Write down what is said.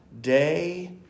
day